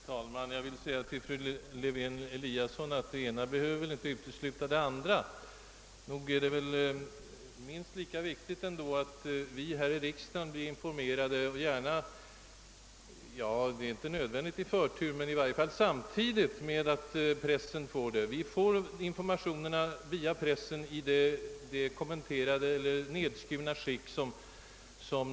Herr talman! Det ena behöver väl inte utesluta det andra, fru Lewén-Eliasson! Nog är det väl minst lika viktigt ändå att vi här i riksdagen blir väl informerade, inte nödvändigtvis med förtur men i varje fall samtidigt med att pressen informeras. Vi får nu informationerna i ett bearbetat eller nedskuret skick via pressen.